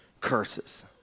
curses